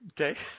Okay